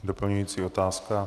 Doplňující otázka.